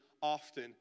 often